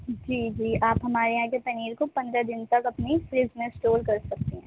جی جی آپ ہمارے یہاں کے پنیر کو پندرہ دن تک اپنی فریج میں اسٹور کر سکتی ہیں